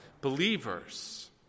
believers